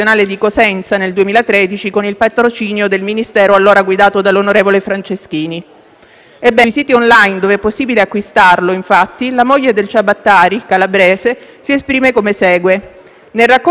o addirittura mitizzare esponenti della criminalità organizzata. Per di più, il rapporto malato mafia-calcio si alimenta da sempre di una certa qual tolleranza nei confronti di individui e situazioni la cui valenza può eventualmente sfuggire all'uomo comune, ma non può né deve sfuggire agli organi di informazione.